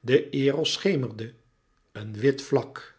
de eros schemerde een witte vlak